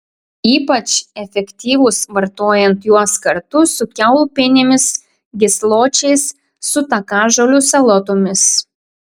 ypač efektyvūs vartojant juos kartu su kiaulpienėmis gysločiais su takažolių salotomis